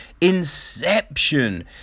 inception